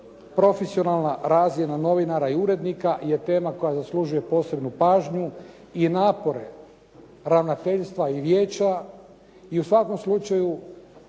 Profesionalna razina novinara i urednika je tema koja zaslužuje posebnu pažnju i napore ravnateljstva i vijeća i u svakom slučaju